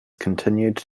continued